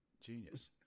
Genius